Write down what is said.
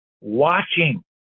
Watching